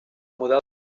model